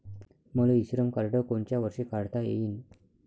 मले e Shram card कोनच्या वर्षी काढता येईन?